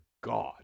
God